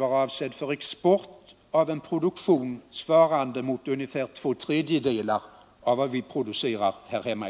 avsedd för export av en produktion svarande ungefär mot två tredjedelar av vad vi producerar här hemma.